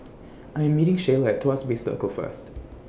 I Am meeting Shayla At Tuas Bay Circle First